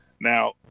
now